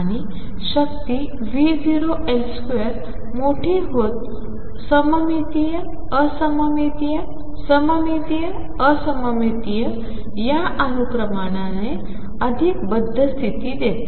आणि शक्ती V0L2 मोठी होत सममितीय असममितीय सममितीय असममितीय अनुक्रमाने अधिक बद्ध स्थिती देते